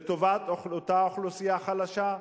לטובת אותה אוכלוסייה חלשה?